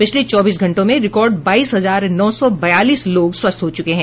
पिछले चौबीस घंटों में रिकॉर्ड बाईस हजार नौ सौ बयालीस लोग स्वस्थ हो चुके हैं